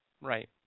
Right